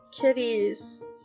kitties